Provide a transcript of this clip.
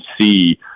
see